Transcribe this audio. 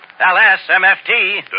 L-S-M-F-T